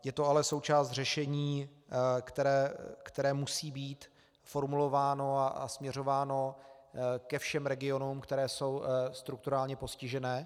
Je to ale součást řešení, které musí být formulováno a směřováno ke všem regionům, které jsou strukturálně postižené.